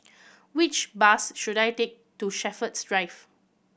which bus should I take to Shepherds Drive